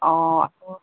অঁ আকৌ